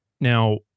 Now